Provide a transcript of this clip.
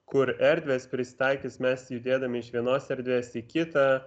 kur erdvės prisitaikys mes judėdami iš vienos erdvės į kitą